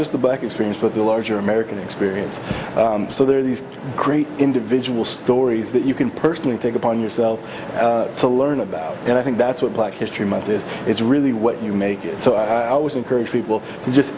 just the black experience but the larger american experience so there are these great individual stories that you can personally take upon yourself to learn about and i think that's what black history month this is really what you make it so i always encourage people to just